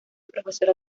profesora